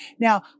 Now